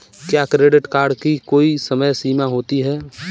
क्या credit card की कोई समय सीमा होती है?